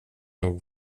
nog